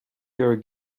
your